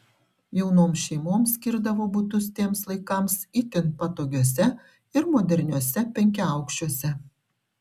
jaunoms šeimoms skirdavo butus tiems laikams itin patogiuose ir moderniuose penkiaaukščiuose